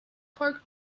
parked